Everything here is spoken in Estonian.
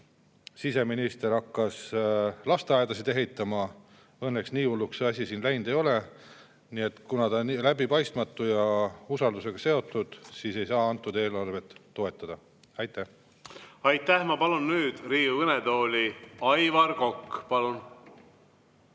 siseminister hakkas lasteaedasid ehitama, siis õnneks nii hulluks asi läinud ei ole. Nii et kuna see on läbipaistmatu ja usaldusega seotud, siis ei saa seda eelarvet toetada. Aitäh! Aitäh! Ma palun nüüd Riigikogu kõnetooli Aivar Koka. Palun!